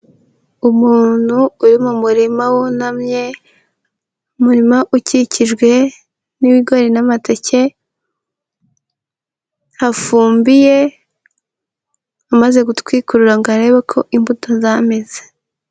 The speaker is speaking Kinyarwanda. Umuntu uri mu murima wunamye, umurima ukikijwe n'ibigori n'amateke, hafumbiye, amaze gutwikurura ngo arebe ko imbuto zameze.